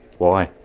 why?